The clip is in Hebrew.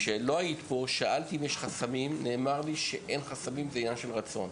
כשלא היית פה שאלתי אם יש חסמים ונאמר לי שאין חסמים וזה עניין של רצון.